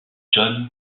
john